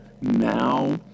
now